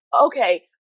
okay